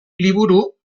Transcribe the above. liburu